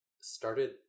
started